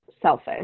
selfish